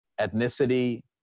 ethnicity